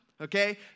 okay